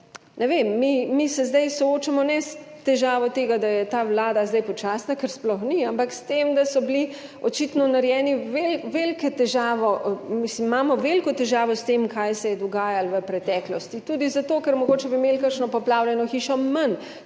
ne vem, mi se zdaj soočamo ne s težavo tega, da je ta Vlada zdaj počasna, ker sploh ni, ampak s tem, da so bili očitno narejeni velike težave, mislim, imamo veliko težavo s tem, kaj se je dogajalo v preteklosti, tudi zato, ker mogoče bi imeli kakšno poplavljeno hišo manj,